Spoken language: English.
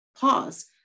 pause